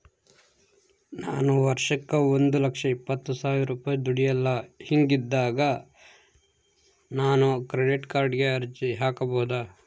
ನಾನು ವರ್ಷಕ್ಕ ಒಂದು ಲಕ್ಷ ಇಪ್ಪತ್ತು ಸಾವಿರ ರೂಪಾಯಿ ದುಡಿಯಲ್ಲ ಹಿಂಗಿದ್ದಾಗ ನಾನು ಕ್ರೆಡಿಟ್ ಕಾರ್ಡಿಗೆ ಅರ್ಜಿ ಹಾಕಬಹುದಾ?